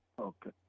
Okay